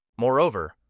Moreover